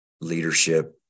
leadership